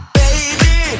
baby